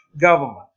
government